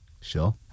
Sure